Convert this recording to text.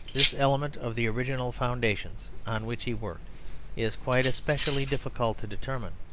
this element of the original foundations on which he worked is quite especially difficult to determine.